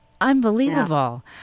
Unbelievable